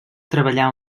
treballar